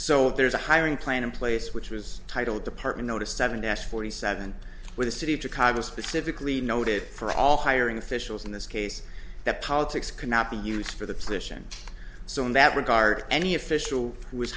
so there's a hiring plan in place which was titled department notice seven dash forty seven where the city of chicago specifically noted for all hiring officials in this case that politics cannot be used for the position so in that regard any official w